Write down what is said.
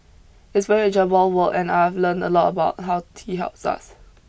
it's very enjoyable work and I've learnt a lot about how tea helps us